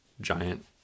giant